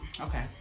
okay